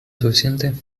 suficiente